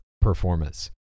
performance